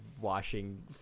washing